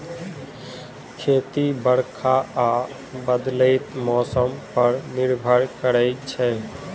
खेती बरखा आ बदलैत मौसम पर निर्भर करै छै